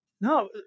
no